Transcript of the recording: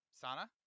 Sana